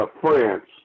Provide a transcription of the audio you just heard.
France